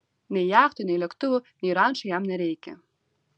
nei jachtų nei lėktuvų nei rančų jam nereikia